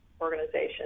organization